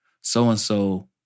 so-and-so